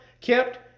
kept